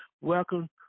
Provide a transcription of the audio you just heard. Welcome